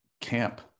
camp